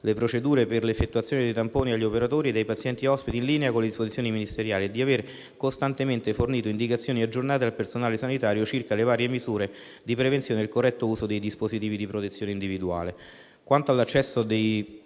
le procedure per l'effettuazione dei tamponi agli operatori e ai pazienti ospiti in linea con le disposizioni ministeriali e di avere costantemente fornito indicazioni aggiornate al personale sanitario circa le varie misure di prevenzione e il corretto uso dei dispositivi di protezione individuale.